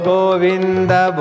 Govinda